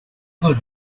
good